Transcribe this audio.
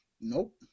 nope